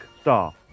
star